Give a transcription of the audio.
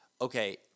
okay